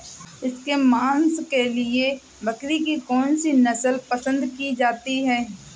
इसके मांस के लिए बकरी की कौन सी नस्ल पसंद की जाती है?